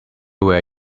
where